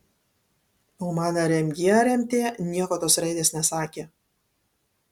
o man ar mg ar mt nieko tos raidės nesakė